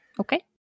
Okay